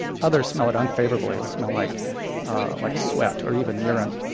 others smell it unfavorably. it'll smell like like sweat or even urine.